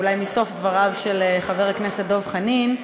אולי מסוף דבריו של חבר הכנסת דב חנין,